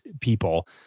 people